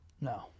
No